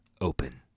open